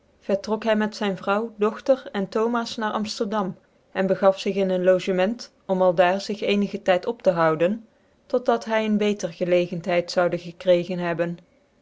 vertrok hy met zyn vrouw dogtcr en thomas na amflerdam en begaf zig in een logement om aldaar zig cenigen tyd op te houden tot dat hy een beter gclegenthcid zoude gekregen hebben